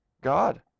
God